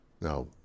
Now